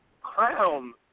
Crown